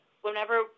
Whenever